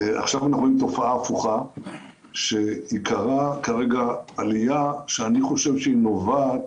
עכשיו אנחנו רואים תופעה הפוכה שעיקרה כרגע עלייה שאני חושב שהיא נובעת